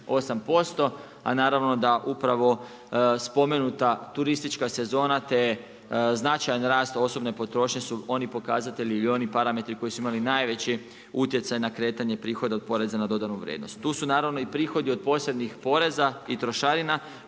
a naravno da upravo spomenuta turistička sezona, te značajan rast osobne potrošnje su oni pokazatelji ili oni parametri koji su imali najveći utjecaj na kretanja prihoda od poreza na dodanu vrijednost. Tu su naravno i prihodi od posebnih poreza i trošarina